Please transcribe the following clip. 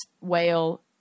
whale